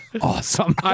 awesome